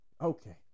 okay